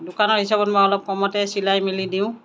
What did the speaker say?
দোকানৰ হিচাপত মই অলপ কমতে চিলাই মেলি দিওঁ